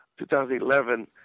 2011